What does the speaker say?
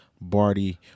Barty